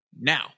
Now